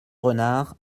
renard